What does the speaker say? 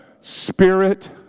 Spirit